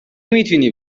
میتونی